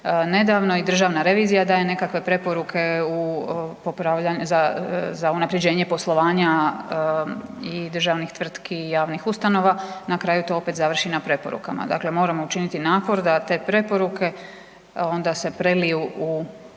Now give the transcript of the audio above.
nedavno i Državna revizija daje nekakve preporuke za unapređenje poslovanja i državnih tvrtki i javnih ustanova na kraju to opet završi na preporukama. Dakle moramo učiniti napor da te preporuke onda se preliju u